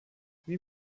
wie